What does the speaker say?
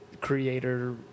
creator